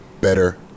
better